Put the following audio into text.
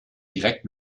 direkt